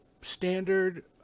standard